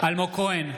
אלמוג כהן,